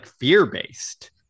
fear-based